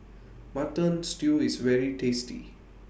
Mutton Stew IS very tasty